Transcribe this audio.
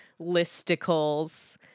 listicles